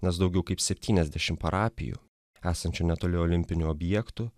nes daugiau kaip septyniasdešimt parapijų esančių netoli olimpinių objektų